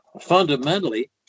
fundamentally